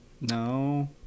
no